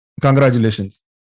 congratulations